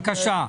בבקשה.